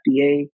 fda